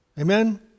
Amen